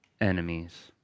enemies